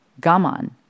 Gaman